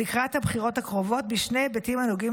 לקראת הבחירות הקרובות בשני היבטים הנוגעים